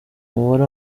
umubare